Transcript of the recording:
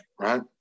right